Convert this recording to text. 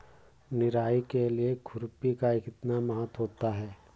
निराई के लिए खुरपी का कितना महत्व होता है?